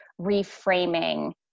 reframing